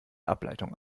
ableitung